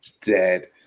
dead